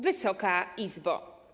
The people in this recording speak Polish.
Wysoka Izbo!